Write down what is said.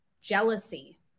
Jealousy